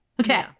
Okay